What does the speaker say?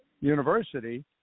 University